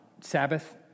Sabbath